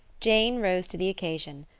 jane rose to the occasion.